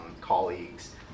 colleagues